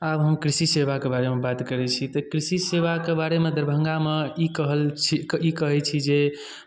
आब हम कृषि सेवाके बारेमे बात करै छी तऽ कृषि सेवाके बारेमे दरभंगामे ई कहल छी ई कहै छी जे